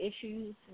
issues